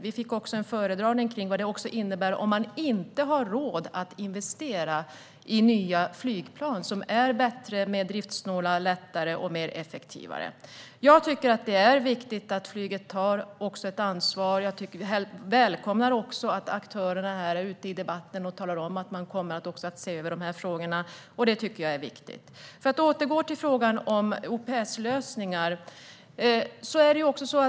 Vi fick också en föredragning om vad det innebär om man inte har råd att investera i nya flygplan, som är bättre, mer driftsnåla, lättare och mer effektiva. Jag tycker att det är viktigt att flyget tar ett ansvar. Jag välkomnar att aktörerna är ute i debatten och talar om att man kommer att se över de här frågorna. Det tycker jag är viktigt. Jag ska återgå till frågan om OPS-lösningar.